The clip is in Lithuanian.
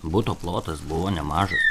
buto plotas buvo nemažas